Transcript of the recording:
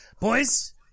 Boys